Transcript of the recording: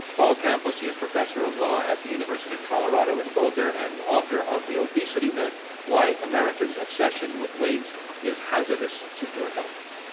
paul campos. he is professor of law at the university of colorado in boulder, and author of the obesity myth why america's obsession with weight is hazardous to your health.